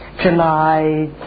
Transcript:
July